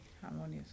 harmonious